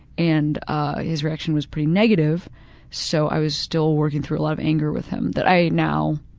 and his reaction was pretty negative so i was still working through a lot of anger with him that i now